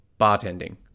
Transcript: bartending